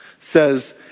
says